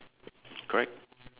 correct